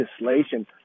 legislation